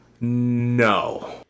no